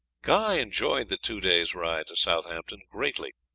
guy enjoyed the two days' ride to southampton greatly.